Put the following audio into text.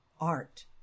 art